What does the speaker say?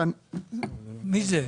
מי זה?